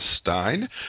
Stein